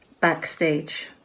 backstage